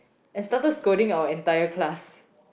and started scolding our entire class